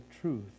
truth